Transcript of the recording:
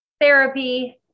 therapy